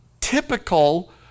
typical